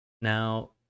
Now